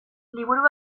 liburu